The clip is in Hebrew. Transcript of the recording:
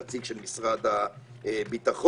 נציג של משרד הביטחון.